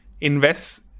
invests